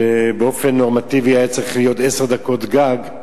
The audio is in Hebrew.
שבאופן נורמטיבי זה היה צריך להיות עשר דקות גג.